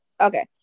Okay